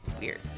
weird